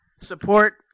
Support